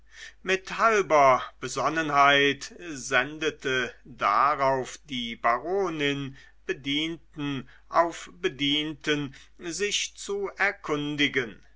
mit halber besonnenheit sendete darauf die baronin bedienten auf bedienten sich zu erkundigen